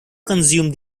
consume